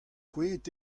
kouezhet